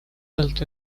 built